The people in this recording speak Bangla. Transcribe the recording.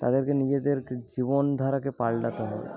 তাদেরকে নিজেদের জীবনধারাকে পাল্টাতে হবে